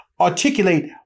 articulate –